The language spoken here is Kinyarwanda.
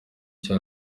cya